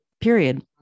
Period